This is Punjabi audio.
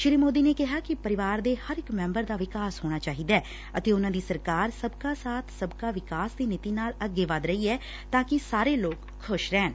ਸ੍ਰੀ ਮੋਦੀ ਨੇ ਕਿਹਾ ਕਿ ਪਰਿਵਾਰ ਦੇ ਹਰ ਇਕ ਮੈਬਰ ਦਾ ਵਿਕਾਸ ਹੋਣਾ ਚਾਹੀਦੈ ਅਤੇ ਉਨੂਾ ਦੀ ਸਰਕਾਰ ਸਬਕਾ ਸਾਬ ਸਬਕਾ ਵਿਕਾਸ ਦੀ ਨੀਤੀ ਨਾਲ ਅੱਗੇ ਵੱਧ ਰਹੀ ਐ ਤਾਂ ਕਿ ਸਾਰੇ ਲੋਕ ਖੁਸ਼ ਰਹਿਣ